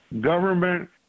government